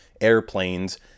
airplanes